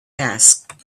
asked